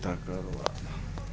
तकरबाद